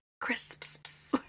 Crisps